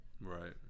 Right